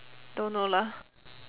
don't know lah